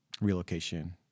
relocation